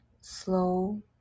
slow